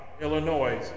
Illinois